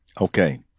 Okay